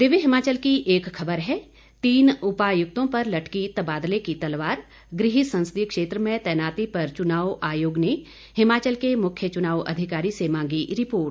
दिव्य हिमाचल की एक खबर है तीन उपायुक्तों पर लटकी तबादले की तलवार गृह संसदीय क्षेत्र में तैनाती पर चुनाव आयोग ने हिमाचल के मुख्य चुनाव अधिकारी से मांगी रिपोर्ट